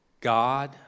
God